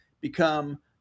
become